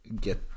get